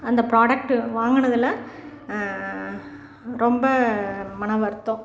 அந்த ப்ராடெக்டு வாங்கினதுல ரொம்ப மன வருத்தம்